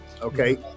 Okay